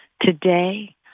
Today